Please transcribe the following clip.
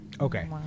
Okay